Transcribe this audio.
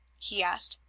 he asked.